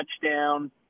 touchdown